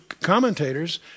commentators